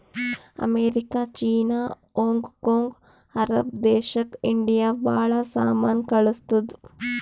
America, China, Hong Kong, Arab ದೇಶಕ್ India ಭಾಳ ಸಾಮಾನ್ ಕಳ್ಸುತ್ತುದ್